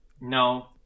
No